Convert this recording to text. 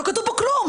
לא כתוב בו כלום.